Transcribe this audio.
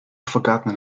forgotten